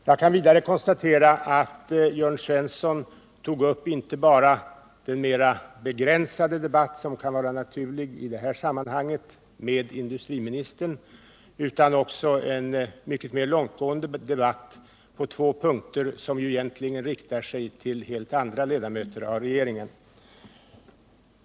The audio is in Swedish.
Jag kan vidare konstatera att Jörn Svensson tog upp inte bara den mera begränsade debatt med industriministern som kan vara naturlig i detta sammanhang utan också en mycket mer långtgående debatt på två punkter, som egentligen riktar sig till helt andra ledamöter av regeringen.